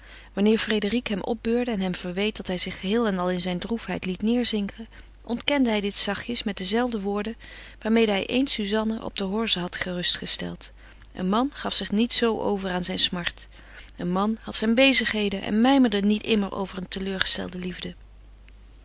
wanneer frédérique hem opbeurde en hem verweet dat hij zich geheel en al in zijn droefheid liet nederzinken ontkende hij dit zachtjes met dezelfde woorden waarmede hij eens suzanna op de horze had gerustgesteld een man gaf zich niet zoo over aan zijne smart een man had zijne bezigheden en mijmerde niet immer over een teleurgestelde liefde